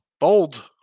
Bold